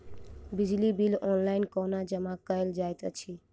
बिजली bill online कोना जमा कएल जाइत अछि?